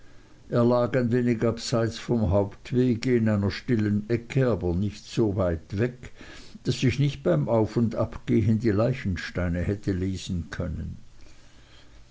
ein wenig abseits vom hauptwege in einer stillen ecke aber nicht so weit weg daß ich nicht beim auf und abgehen die leichensteine hätte lesen können